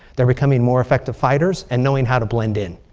they're becoming more effective fighters and knowing how to blend in.